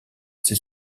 c’est